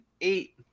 eight